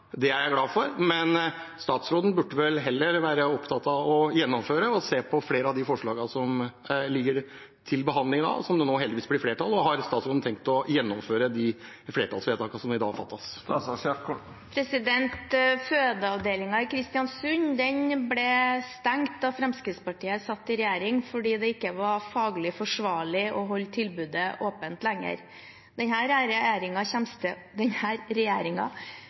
det er jeg glad for. Men statsråden burde vel heller være opptatt av å gjennomføre og se på flere av de forslagene som ligger til behandling nå, som det nå heldigvis blir flertall for. Har statsråden tenkt å gjennomføre de flertallsvedtakene som vi skal fatte? Fødeavdelingen i Kristiansund ble stengt da Fremskrittspartiet satt i regjering fordi det ikke var faglig forsvarlig å holde tilbudet åpent lenger. Denne regjeringen kommer ikke til